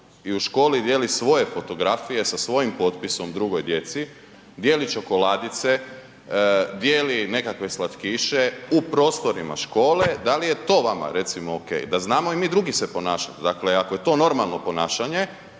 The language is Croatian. i u školi dijeli svoje fotografije sa svojim potpisom drugoj djeci, dijeli čokoladice, dijeli nekakve slatkiše u prostorima škole, da li je to recimo vama OK? Da znamo i mi drugi se ponašati. Dakle ako je to normalno ponašanje